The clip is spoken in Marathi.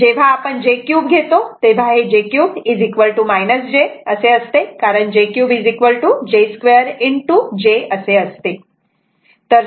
जेव्हा आपण j 3 घेतो तेव्हा हे j 3 j कारण j 3 j 2 j असते